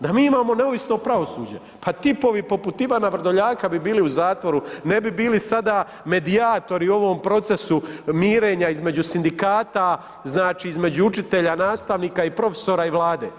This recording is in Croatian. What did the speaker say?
Da mi imamo neovisno pravosuđe, pa tipovi poput Ivana Vrdoljaka bi bili u zatvoru, ne bi bili sada medijatori u ovom procesu mirenja između sindikata, znači između učitelja, nastavnika i profesora i vlade.